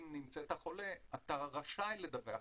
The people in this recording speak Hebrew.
אם נמצאת חולה, אתה רשאי לדווח.